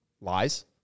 lies